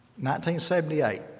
1978